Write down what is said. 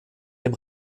dem